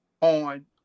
on